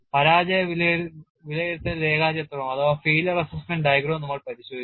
പരാജയ വിലയിരുത്തൽ രേഖാചിത്രവും നമ്മൾ പരിശോധിച്ചു